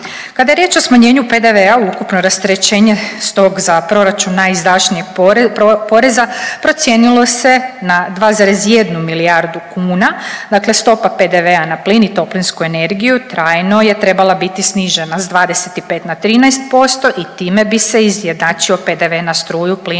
Kada je riječ o smanjenju PDV-a, ukupno rasterećenje s tog za proračun najizdašnijeg poreza procijenilo se na 2,1 milijardu kuna dakle stopa PDV-a na plin i toplinsku energiju trajno je trebala biti snižena s 25 na 13% i time bi se izjednačio PDV na struju, plin